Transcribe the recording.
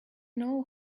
know